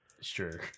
Sure